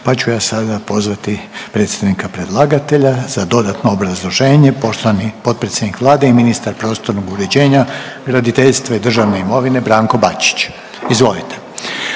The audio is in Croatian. pa ću ja sada pozvati predstavnika predlagatelja za dodatno obrazloženje. Poštovani potpredsjednik Vlade i ministar prostornog uređenja, graditeljstva i državne imovine, Branko Bačić. Izvolite.